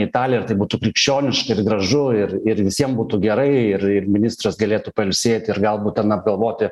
italiją ir tai būtų krikščioniška ir gražu ir ir visiem būtų gerai ir ir ministras galėtų pailsėt ir galbūt ten apgalvoti